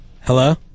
Hello